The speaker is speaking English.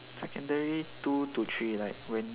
secondary two to three like when